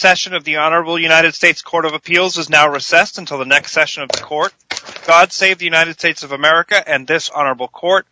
session of the honorable united states court of appeals is now recessed until the next session of the court thought save the united states of america and this honorable court